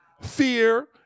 fear